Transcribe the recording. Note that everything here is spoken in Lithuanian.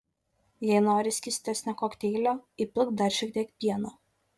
jei nori skystesnio kokteilio įpilk dar šiek tiek pieno